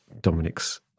Dominic's